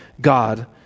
God